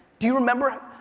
do you remember,